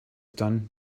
done